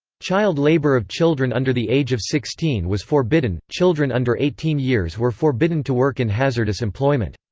child labour of children under the age of sixteen was forbidden, children under eighteen years were forbidden to work in hazardous employment.